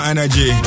Energy